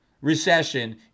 recession